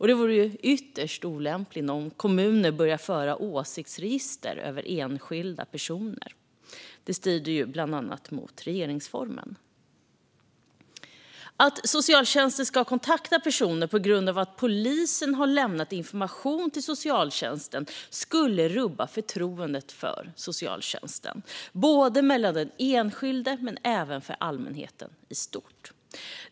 Det vore ju ytterst olämpligt om kommuner börjar föra åsiktsregister över enskilda personer. Det strider bland annat mot regeringsformen. Om socialtjänsten ska kontakta personer på grund av att polisen har lämnat information till socialtjänsten skulle förtroendet för socialtjänsten rubbas, hos den enskilde men även hos allmänheten i stort.